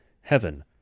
heaven